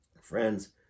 Friends